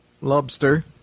lobster